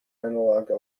analogue